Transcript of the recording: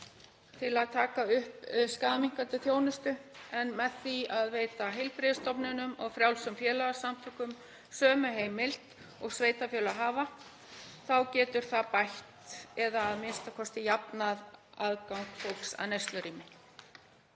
við að taka upp skaðaminnkandi þjónustu en með því að veita heilbrigðisstofnunum og frjálsum félagasamtökum sömu heimild og sveitarfélög hafa þá getur það bætt eða a.m.k. jafnað aðgang fólks að neyslurými.